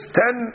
ten